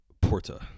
Porta